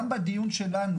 גם בדיון שלנו,